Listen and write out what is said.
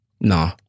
No